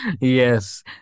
yes